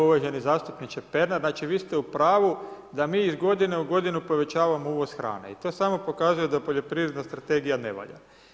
Uvaženi zastupniče Pernar, vi ste u pravu da mi iz godine u godinu povećavamo uvoz hrane i to samo pokazuje da poljoprivredna strategija ne valja.